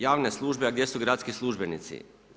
Javne službe, a gdje su gradski službenici?